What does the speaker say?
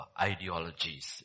ideologies